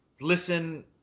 listen